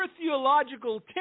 theological